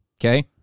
Okay